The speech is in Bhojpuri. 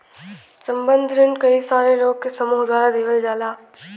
संबंद्ध रिन कई सारे लोग के समूह द्वारा देवल जाला